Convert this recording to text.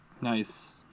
Nice